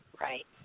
Right